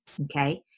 okay